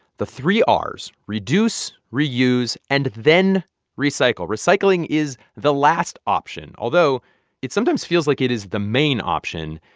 the three r's reduce, reuse, and then recycle. recycling is the last option, although it sometimes feels like it is the main option.